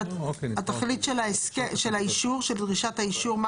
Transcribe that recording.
התכלית של האישור, של דרישת האישור.